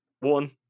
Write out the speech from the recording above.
One